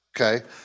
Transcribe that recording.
Okay